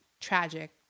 tragic